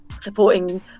supporting